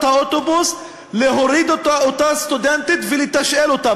האוטובוס ולהוריד את אותה סטודנטית ולתשאל אותה?